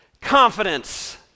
Confidence